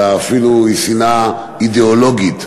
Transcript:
אפילו היא שנאה אידיאולוגית,